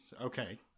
okay